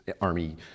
Army